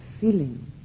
feeling